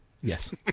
Yes